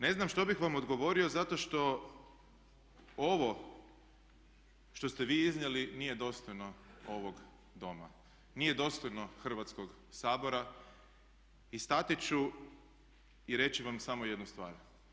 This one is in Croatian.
Ne znam što bih vam odgovorio zato što ovo što ste vi iznijeli nije dostojno ovog doma, nije dostojno Hrvatskoga sabora i stati ću i reći vam samo jednu stvar.